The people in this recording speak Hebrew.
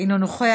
אינו נוכח,